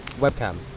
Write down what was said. webcam